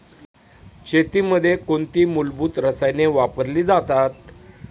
शेतीमध्ये कोणती मूलभूत रसायने वापरली जातात?